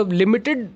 limited